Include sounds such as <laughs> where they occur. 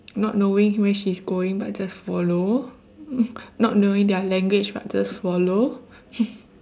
not knowing where she is going but just follow not knowing their language but just follow <laughs>